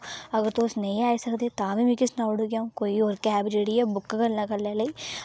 अगर तुस नेईं आई सकदे तां बी मिकी सनाई ओड़ो जे अ'ऊं कोई होर कैब जेह्ड़ी ऐ ओह् बुक करी लैं कल्लै लेई